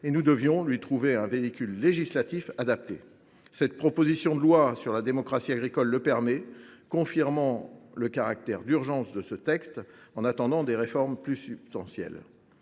et nous devions donc lui trouver un véhicule législatif adapté. Cette proposition de loi sur la démocratie agricole le permet, qui confirme le caractère d’urgence de ce texte, en attendant des réformes plus substantielles.